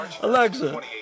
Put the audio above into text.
Alexa